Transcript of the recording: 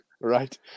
right